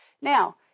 Now